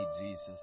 Jesus